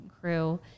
crew